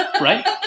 Right